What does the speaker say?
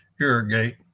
irrigate